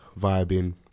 vibing